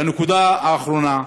והנקודה האחרונה,